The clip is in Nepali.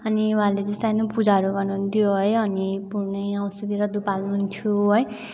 अनि उहाँले जस्तो होइन पुजाहरू गर्नुहुन्थ्यो अनि पुर्णे औँसीतिर धुप हाल्नुहुन्थ्यो है